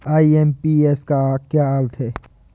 IMPS का क्या अर्थ है?